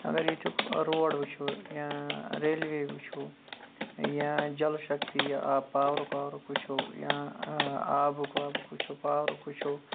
اَگَر ییٚتیُک روڈ وٕچھو یا ریلوے وٕچھو یا جَل شَکتی آب پاورُک واورُک وٕچھو یا آبُک وابُک وٕچھو پاورُک وٕچھو